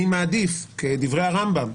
אני מעדיף, כדברי הרמב"ם,